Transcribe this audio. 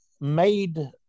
made